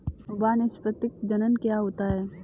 वानस्पतिक जनन क्या होता है?